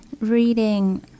reading